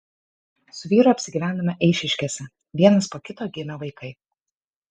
su vyru apsigyvenome eišiškėse vienas po kito gimė vaikai